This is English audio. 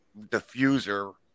diffuser